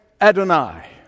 Adonai